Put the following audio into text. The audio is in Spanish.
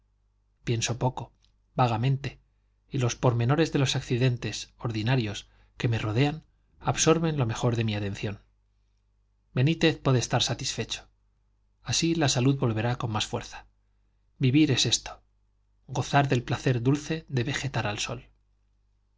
pienso poco vagamente y los pormenores de los accidentes ordinarios que me rodean absorben lo mejor de mi atención benítez puede estar satisfecho así la salud volverá con más fuerza vivir es esto gozar del placer dulce de vegetar al sol